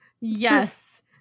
yes